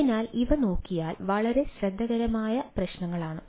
അതിനാൽ ഇവ നോക്കിയാൽ വളരെ ശ്രമകരമായ പ്രശ്നങ്ങളാണ്